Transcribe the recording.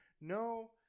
No